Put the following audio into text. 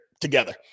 together